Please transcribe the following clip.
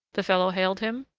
the fellow hailed him.